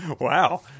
Wow